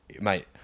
mate